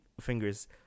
fingers